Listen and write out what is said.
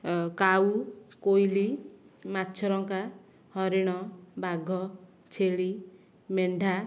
କାଉ କୋଇଲି ମାଛରଙ୍କା ହରିଣ ବାଘ ଛେଳି ମେଣ୍ଢା